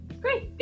Great